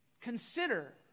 consider